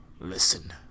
listen